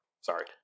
Sorry